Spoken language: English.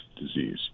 disease